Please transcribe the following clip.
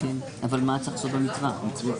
אדוני היו"ר,